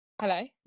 hello